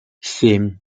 семь